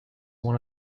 one